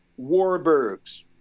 Warburgs